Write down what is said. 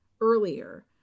earlier